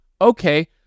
okay